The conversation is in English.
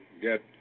get